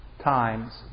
times